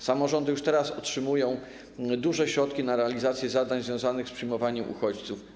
Samorządy już teraz otrzymują duże środki na realizację zadań związanych z przyjmowaniem uchodźców.